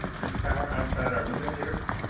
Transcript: this tower outside our window here?